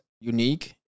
unique